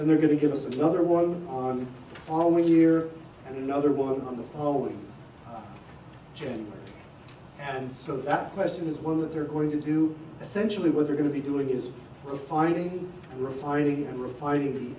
and they're going to give us another one on the following year and another one on the following chain and so that question is one that they're going to do essentially what they're going to be doing is refining refining and refining